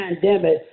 pandemic